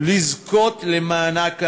לזכות למענק העבודה.